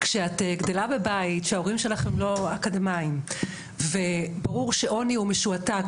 כשאת גדלה בבית שההורים שלך הם לא אקדמאים וברור שעוני הוא משועתק